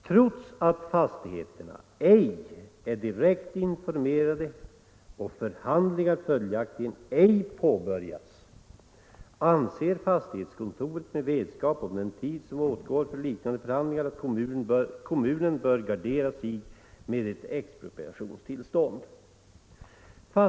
Trots att fastighetsägarna ej är direkt informerade och förhandlingar följaktligen ej påbörjats anser fastighetskontoret, med vetskap om den tid som åtgår för liknande förhandlingar, att kommunen bör gardera sig med ett expropriationstillstånd.